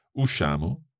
usciamo